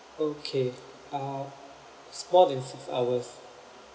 okay uh it's more than six hours